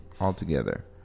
altogether